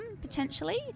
potentially